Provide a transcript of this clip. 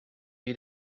you